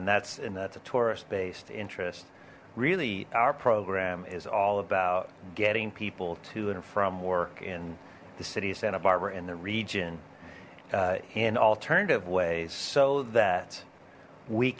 and that's and that's a tourist based interest really our program is all about getting people to and from work in the city of santa barbara in the region in alternative ways so that we